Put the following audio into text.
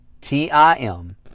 T-I-M